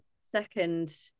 second